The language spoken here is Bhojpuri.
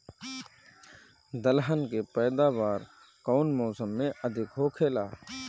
दलहन के पैदावार कउन मौसम में अधिक होखेला?